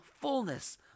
fullness